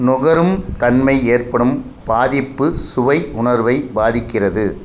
நுகரும் தன்மை ஏற்படும் பாதிப்பு சுவை உணர்வை பாதிக்கிறது